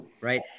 right